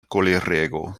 kolerego